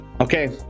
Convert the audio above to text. Okay